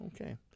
Okay